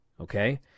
okay